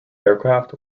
aircraft